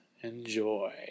Enjoy